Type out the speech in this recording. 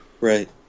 Right